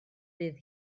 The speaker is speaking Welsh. fydd